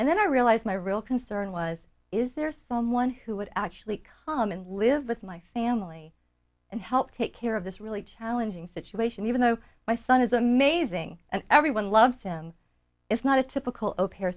and then i realized my real concern was is there someone who would actually come and live with my family and help take care of this really challenging situation even though my son is amazing and everyone loves him it's not a typical oh pair